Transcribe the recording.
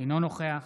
אינו נוכח